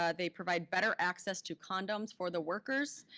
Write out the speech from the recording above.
ah they provide better access to condoms for the workers,